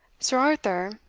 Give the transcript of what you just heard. sir arthur,